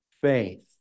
faith